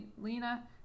Lena